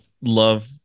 love